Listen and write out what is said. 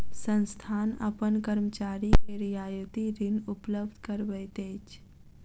संस्थान अपन कर्मचारी के रियायती ऋण उपलब्ध करबैत अछि